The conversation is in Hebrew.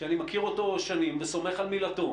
שאני מכיר אותו שנים וסומך על מילתו